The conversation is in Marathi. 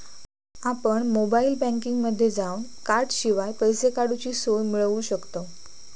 आपण मोबाईल बँकिंगमध्ये जावन कॉर्डशिवाय पैसे काडूची सोय मिळवू शकतव